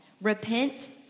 Repent